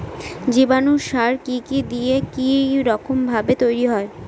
জীবাণু সার কি কি দিয়ে কি রকম ভাবে তৈরি হয়?